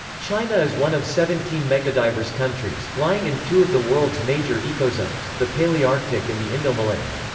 china is one of seventeen megadiverse countries, lying in two of the world's major ecozones the palearctic and the indomalaya.